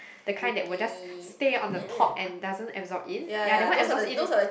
the kinds that would just stay on the top and doesn't absorb in ya that one absorb in